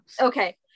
Okay